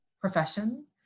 profession